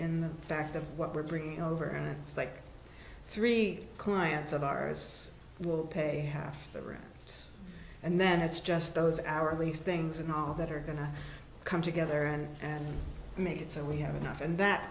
in the fact of what we're bringing over and it's like three clients of ours will pay half the rooms and then it's just those hourly things and all that are going to come together and make it so we have enough and that